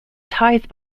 tithe